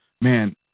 man